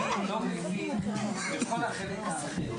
אני לא מבין בכל החלק האחר.